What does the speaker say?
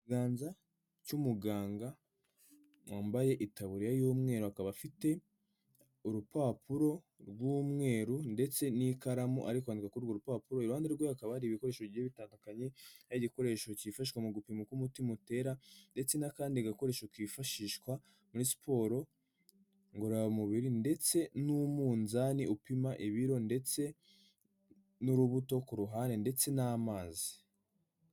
Ikiganza cy'umuganga wambaye itaburiya y'umweru akaba afite urupapuro rw'umweru ndetse n'ikaramu ari kwandika kuri urwo rupapuro, iruhande rwe hakaba hari ibikoresho bigiye bitandukanyecya igikoresho cyifashwa mu gupima k'umutima uko utera ndetse n'akandi gakoresho kifashishwa muri siporo ngororamubiri ndetse n'umunzani upima ibiro ndetse n'urubuto ku ruhande ndetse n'amazi.